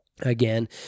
Again